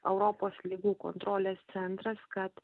europos ligų kontrolės centras kad